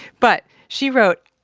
but she wrote,